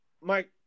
Mike